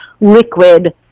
liquid